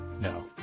No